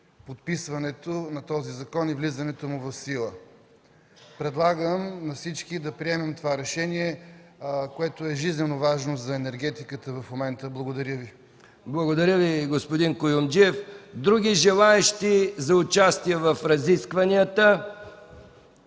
подписването на този закон и влизането му в сила. Предлагам на всички да приемем това решение, жизнено важно за енергетиката в момента. Благодаря. ПРЕДСЕДАТЕЛ МИХАИЛ МИКОВ: Благодаря Ви, господин Куюмджиев. Други желаещи за участие в разискванията?